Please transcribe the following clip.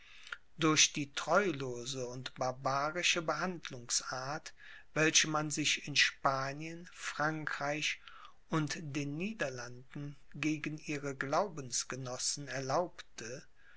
durch die treulose und barbarische behandlungsart welche man sich in spanien frankreich und den niederlanden gegen ihre glaubensgenossen erlaubte